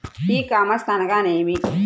ఈ కామర్స్ అనగా నేమి?